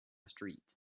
street